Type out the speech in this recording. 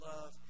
love